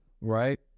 right